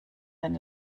den